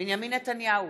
בנימין נתניהו,